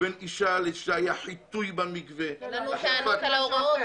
בין אישה לאישה היה חיטוי במקווה -- אין לנו טענות על ההוראות,